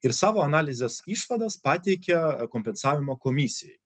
ir savo analizės išvadas pateikia kompensavimo komisijai